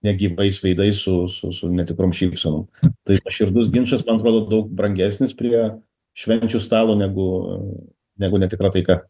negyvais veidais su su su netikrom šypsenom tai nuoširdus ginčas man atrodo daug brangesnis prie švenčių stalo negu negu netikra taika